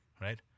right